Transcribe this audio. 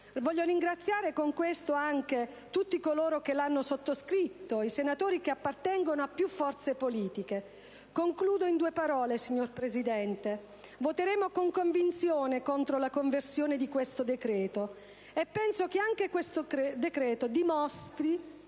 voglio ringraziare tutti coloro che lo hanno sottoscritto, senatori che appartengono a più forze politiche). Concludo in due parole, signor Presidente: voteremo con convinzione contro la conversione di questo decreto. Penso che anche tale provvedimento dimostri